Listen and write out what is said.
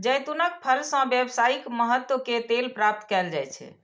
जैतूनक फल सं व्यावसायिक महत्व के तेल प्राप्त कैल जाइ छै